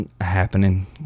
happening